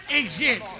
exist